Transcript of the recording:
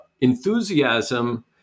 enthusiasm